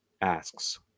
asks